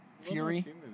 Fury